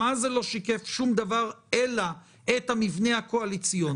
אז הוא לא שיקף שום דבר אלא את המבנה הקואליציוני.